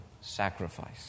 sacrifice